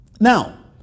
Now